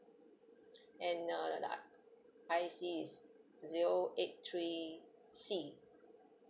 and uh I_C is zero eight three C